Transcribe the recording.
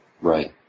Right